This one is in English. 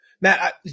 Matt